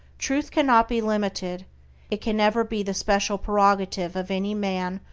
truth cannot be limited it can never be the special prerogative of any man,